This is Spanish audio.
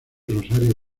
rosario